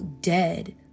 dead